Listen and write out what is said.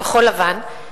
כחול-לבן,